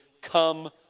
come